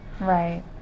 Right